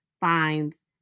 finds